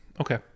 okay